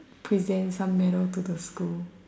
present some medal to the school